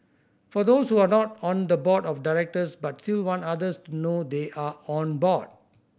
for those who are not on the board of directors but still want others to know they are on board